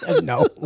No